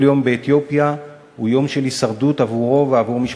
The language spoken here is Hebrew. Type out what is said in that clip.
כל יום באתיופיה הוא יום של הישרדות עבורו ועבור משפחתו.